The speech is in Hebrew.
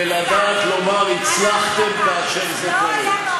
ולדעת לומר "הצלחתם" כאשר זה קורה.